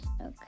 Okay